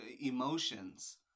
emotions